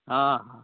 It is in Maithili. हँ हँ